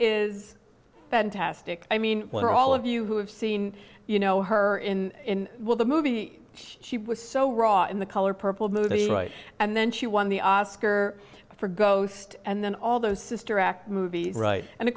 is fantastic i mean what are all of you who have seen you know her in will the movie she was so wrought in the color purple movie and then she won the oscar for ghost and then all those sister act movies right and of